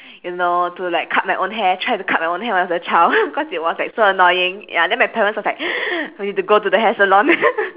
you know to like cut my own hair try to cut my own hair as a child cause it was like so annoying ya and then my parents was like we have to go to the hair salon